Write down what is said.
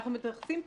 אנחנו מתייחסים פה,